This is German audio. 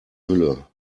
hülle